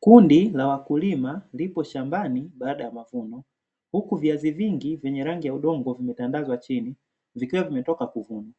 Kundi la wakulima lipo shambani baada ya mavuno, huku viazi vingi vyenye rangi ya udongo vimetandazwa chini, vikiwa vimetoka kuvunwa.